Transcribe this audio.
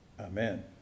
Amen